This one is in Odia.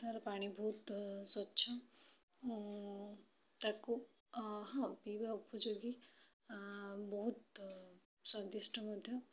ତାର ପାଣି ବହୁତ ସ୍ଵଚ୍ଛ ତାକୁ ହଁ ପିଇବା ଉପଯୋଗୀ ବହୁତ ସ୍ଵାଦିଷ୍ଟ ମଧ୍ୟ